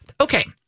Okay